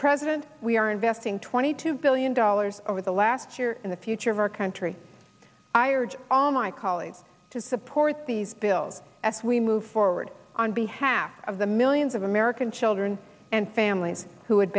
president we are investing twenty two billion dollars over the last year and the future of our country i urge all my colleagues to support these bills as we move forward on behalf of the millions of american children and families who